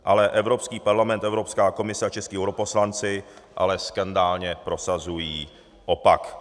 Ale Evropský parlament, Evropská komise a čeští europoslanci skandálně prosazují opak.